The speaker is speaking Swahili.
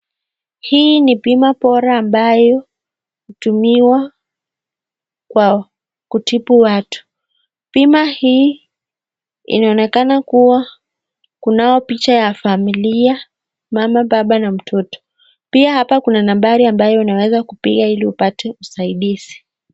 Hii ni bima bora ambayo hutumiwa kwa kutibu watu. Bima hii inaonekana kuwa kunayo picha ya familia mama, baba na mtoto. Pia hapa kuna nambari ambayo unaweza kupiga ili upate usaindizi.